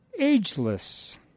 Ageless